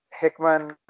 hickman